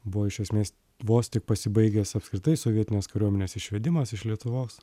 buvo iš esmės vos tik pasibaigęs apskritai sovietinės kariuomenės išvedimas iš lietuvos